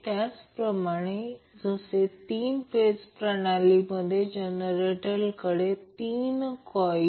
तर समजा C 24 microfarad मिळेल